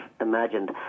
imagined